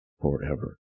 forever